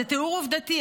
זה תיאור עובדתי,